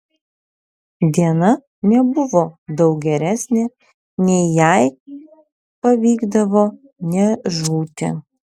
diena nebuvo daug geresnė nei jei pavykdavo nežūti